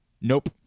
nope